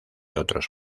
otros